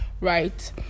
right